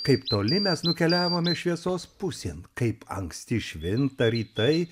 kaip toli mes nukeliavome šviesos pusėn kaip anksti švinta rytai